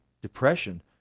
Depression